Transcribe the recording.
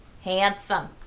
handsome